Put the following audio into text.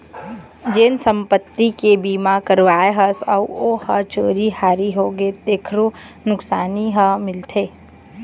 जेन संपत्ति के बीमा करवाए हस अउ ओ ह चोरी हारी होगे तेखरो नुकसानी ह मिलथे